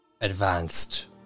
Advanced